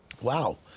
Wow